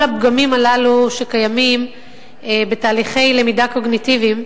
כל הפגמים הללו שקיימים בתהליכי למידה קוגניטיביים,